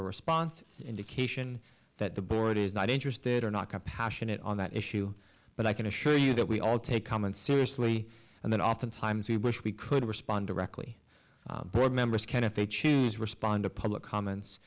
a response is indication that the board is not interested or not compassionate on that issue but i can assure you that we all take comments seriously and that often times we wish we could respond directly board members can if they choose respond to public comments